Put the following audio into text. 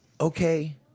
okay